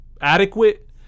adequate